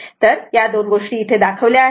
तर या दोन्ही गोष्टी इथे दाखवल्या आहेत